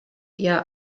ihr